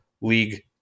league